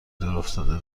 دورافتاده